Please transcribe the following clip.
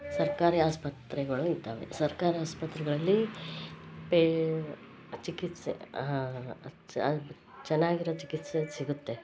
ಸರ್ಕಾರಿ ಆಸ್ಪತ್ರೆಗಳು ಇದ್ದಾವೆ ಸರ್ಕಾರಿ ಆಸ್ಪತ್ರೆಗಳಲ್ಲಿ ಪೇ ಚಿಕಿತ್ಸೆ ಚೆನ್ನಾಗಿರೋ ಚಿಕಿತ್ಸೆ ಸಿಗುತ್ತೆ